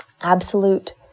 absolute